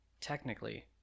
technically